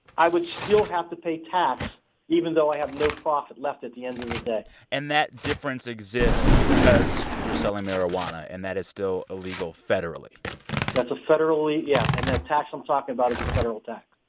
i would still have to pay tax even though i have no profit left at the end of the day and that difference exists because you're selling marijuana, and that is still illegal federally that's a federally yeah. and the tax i'm talking about is a federal tax